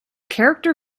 character